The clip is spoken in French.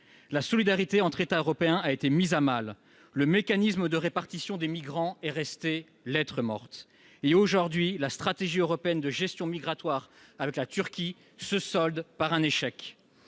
La solidarité entre États européens a été mise à mal, le mécanisme de répartition des migrants est resté lettre morte et, aujourd'hui, la stratégie européenne de gestion migratoire avec la Turquie se solde par un échec.